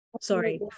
Sorry